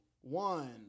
one